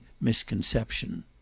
misconception